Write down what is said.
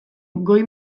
goi